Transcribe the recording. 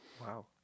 Wow